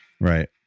Right